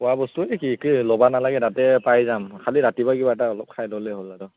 খোৱাবস্তু ল'ব নালাগে তাতে পাই যাম খালি ৰাতিপুৱা কিবা এটা অলপ খাই ল'লেই হ'ল আৰু